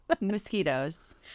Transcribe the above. Mosquitoes